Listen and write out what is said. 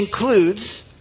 includes